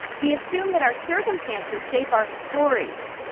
we assume that our circumstances shape our stories.